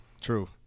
True